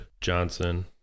Johnson